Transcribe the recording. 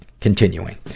Continuing